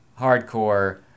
hardcore